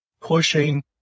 pushing